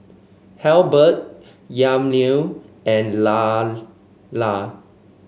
Halbert Yamilet and Lailah